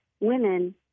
women